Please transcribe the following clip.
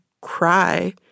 cry